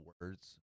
words